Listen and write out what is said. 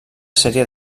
sèrie